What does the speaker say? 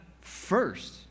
first